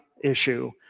issue